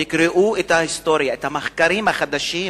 תקראו את ההיסטוריה, את המחקרים החדשים.